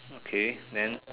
okay then